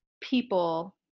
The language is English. people